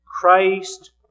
Christ